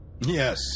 Yes